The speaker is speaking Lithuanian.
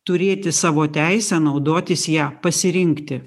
turėti savo teisę naudotis ja pasirinkti